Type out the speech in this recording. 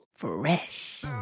Fresh